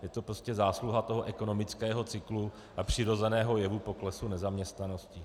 Je to prostě zásluha ekonomického cyklu a přirozeného jevu poklesu nezaměstnanosti.